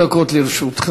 שלוש דקות לרשותך.